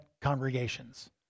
congregations